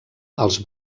els